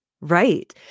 Right